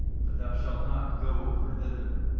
but thou shalt not go over thither.